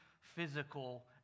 physical